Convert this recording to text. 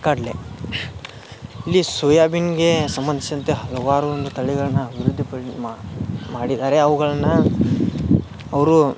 ಕಡಲೆ ಇಲ್ಲಿ ಸೋಯಾಬೀನ್ಗೆ ಸಂಬಂಧಿಸಿದಂತೆ ಹಲವಾರು ಒಂದು ತಳಿಗಳನ್ನ ಮಾಡಿದ್ದಾರೆ ಅವುಗಳನ್ನ ಅವರು